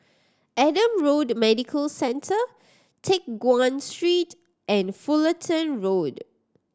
Adam Road Medical Centre Teck Guan Street and Fullerton Road